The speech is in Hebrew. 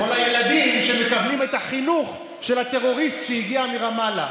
זה כל הילדים שמקבלים את החינוך של הטרוריסט שהגיע מרמאללה.